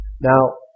Now